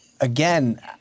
again